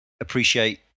appreciate